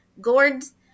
gourds